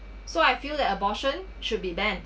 so I feel that abortion should be banned